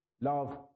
love